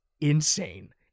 insane